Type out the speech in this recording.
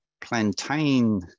Plantain